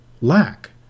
lack